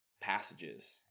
passages